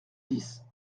dix